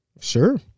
Sure